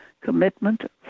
commitment